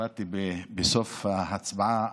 באתי בסוף ההצבעה.